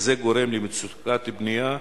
וזה גורם למצוקת בנייה,